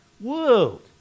world